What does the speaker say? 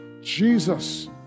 Jesus